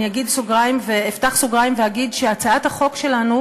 אני אפתח סוגריים ואגיד שהצעת החוק שלנו